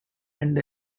and